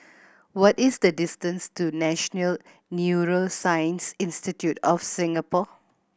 what is the distance to National Neuroscience Institute of Singapore